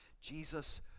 Jesus